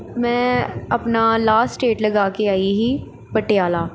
ਮੈਂ ਆਪਣਾ last state ਲਗਾ ਕੇ ਆਈ ਸੀ ਪਟਿਆਲਾ